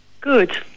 Good